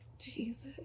Jesus